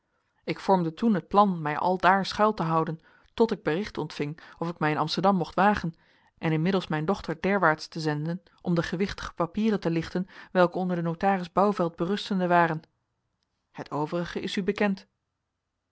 ik vormde toen het plan mij aldaar schuil te houden tot ik bericht ontving of ik mij in amsterdam mocht wagen en inmiddels mijn dochter derwaarts te zenden om de gewichtige papieren te lichten welke onder den notaris bouvelt berustende waren het overige is u bekend